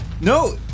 No